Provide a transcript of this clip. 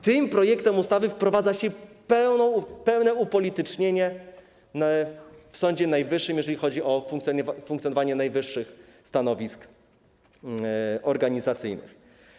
Tym projektem ustawy wprowadza się pełne upolitycznienie w Sądzie Najwyższym, jeżeli chodzi o funkcjonowanie najwyższych stanowisk organizacyjnych.